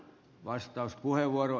arvoisa puhemies